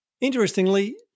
Interestingly